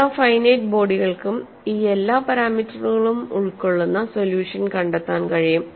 എല്ലാ ഫൈനൈറ്റ് ബോഡികൾക്കും ഈ എല്ലാ പാരാമീറ്ററുകളും ഉൾക്കൊള്ളുന്ന സൊല്യൂഷൻ കണ്ടെത്താൻ കഴിയും